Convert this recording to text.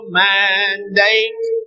mandate